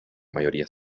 mayoría